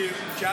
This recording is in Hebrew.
כראש עיר,